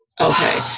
Okay